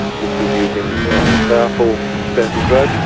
this was using a more powerful statin drug.